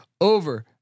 over